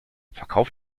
verkauft